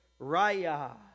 raya